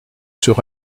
sur